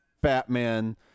Batman